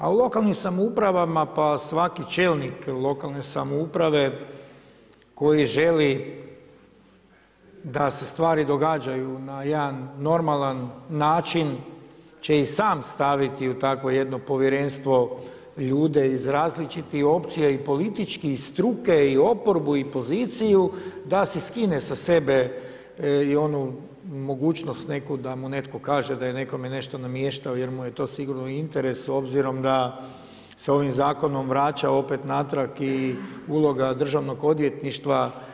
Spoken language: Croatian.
A u lokalnim samoupravama, svaki čelnik lokalne samouprave koji želi da se stvari događaju na jedan normalan način će i sam staviti u takvo jedno povjerenstvo ljude iz različitih opcija i politički i iz struke i oporbu i poziciju da si skine sa sebe i onu mogućnost neku da mu netko kaže da je nekome nešto namještao jer mu je to sigurno u interesu obzirom da zakonom vraća opet natrag i uloga Državnog odvjetništva.